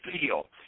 feel